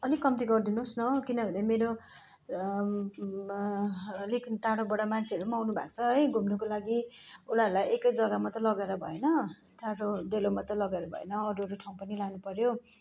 अलिक कम्ति गरिदिनुहोस् न हौ किनभने मेरो अलिक टाढोबाट मान्छेहरू पनि आउनु भएको छ है घुम्नुको लागि उनीहरूलाई एकै जग्गा मात्तै लगेर भएन टाढो डेलोमात्रै लगेर भएन अरू अरू ठाउँ पनि लानु पऱ्यो